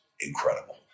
incredible